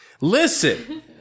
listen